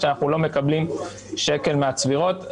שאנחנו לא מקבלים שקל מהצבירות.